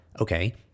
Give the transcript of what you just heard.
okay